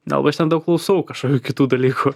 nelabai aš ten daug klausau kažkokių kitų dalykų